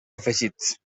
afegits